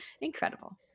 incredible